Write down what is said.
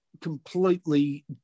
completely